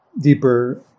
deeper